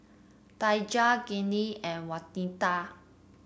Daija Gennie and Wanita